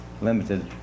limited